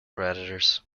predators